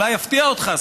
אולי יפתיע אותך,